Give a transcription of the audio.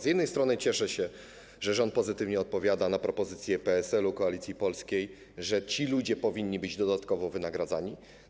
Z jednej strony cieszę się, że rząd pozytywnie odpowiada na propozycję PSL, Koalicji Polskiej - ci ludzie powinni być dodatkowo wynagradzani.